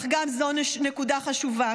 אך גם זו נקודה חשובה,